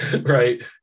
right